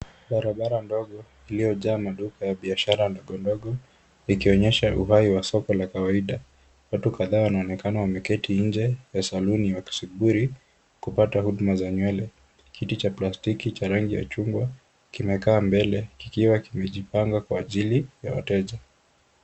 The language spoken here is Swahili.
Barabara ndogo, iliojaa maduka ya biashara ndogo ndogo, likionyesha uhai wa soko la kawaida. Watu kadhaa wanaonekana wameketi nje ya saluni wakisubiri kupata huduma za nywele. Kiti cha plastiki cha rangi ya chungwa kimekaa mbele, kikiwa kimejipanga kwa ajili ya wateja.